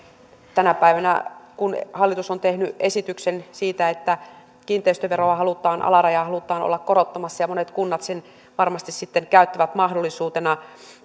tänä päivänä kun hallitus on tehnyt esityksen siitä että kiinteistöveron alarajaa halutaan olla korottamassa ja monet kunnat sen varmasti käyttävät mahdollisuutena